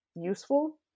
useful